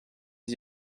d’y